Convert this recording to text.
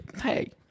hey